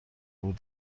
بدو